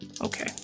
Okay